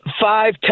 five